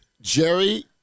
Jerry